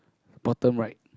bottom right